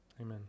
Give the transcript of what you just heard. Amen